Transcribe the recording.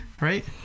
right